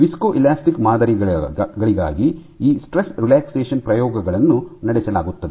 viscoelastic ಮಾದರಿಗಳಿಗಾಗಿ ಈ stress relaxation ಪ್ರಯೋಗಗಳನ್ನು ನಡೆಸಲಾಗುತ್ತದೆ